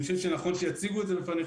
אני חושב שנכון שיציגו את זה בפניך.